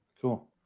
Cool